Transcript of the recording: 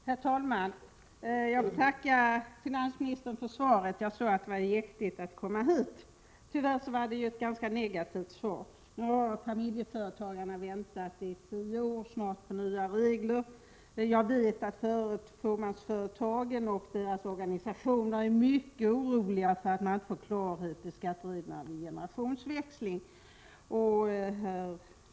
Herr talman! Jag tackar finansministern för svaret. Jag såg att det var jäktigt att komma hit. Men tyvärr var det ett ganska negativt svar. Familjeföretagarna har nu väntat i snart tio år på nya regler. Jag vet att fåmansföretagen och deras organisationer är mycket oroliga för att man inte får klarhet i skattereglerna vid generationsväxlingar.